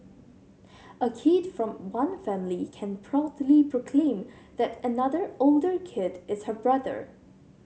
a kid from one family can proudly proclaim that another older kid is her brother